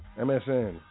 MSN